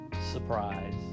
surprise